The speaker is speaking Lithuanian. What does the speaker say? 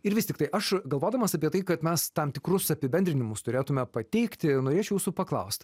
ir vis tiktai aš galvodamas apie tai kad mes tam tikrus apibendrinimus turėtume pateikti norėčiau jūsų paklaust